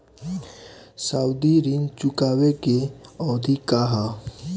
सावधि ऋण चुकावे के अवधि का ह?